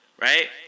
right